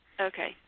Okay